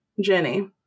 Jenny